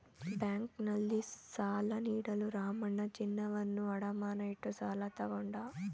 ಬ್ಯಾಂಕ್ನಲ್ಲಿ ಸಾಲ ನೀಡಲು ರಾಮಣ್ಣ ಚಿನ್ನವನ್ನು ಅಡಮಾನ ಇಟ್ಟು ಸಾಲ ತಗೊಂಡ